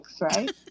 right